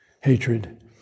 hatred